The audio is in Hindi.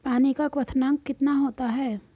पानी का क्वथनांक कितना होता है?